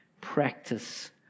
Practice